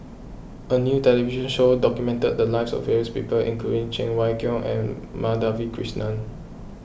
a new television show documented the lives of various people including Cheng Wai Keung and Madhavi Krishnan